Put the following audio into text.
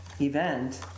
event